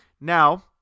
Now